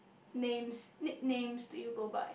names nicknames do you go by